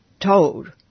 Told